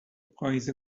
پاییز